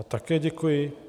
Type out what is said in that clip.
Také děkuji.